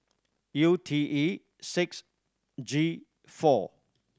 U T E six G four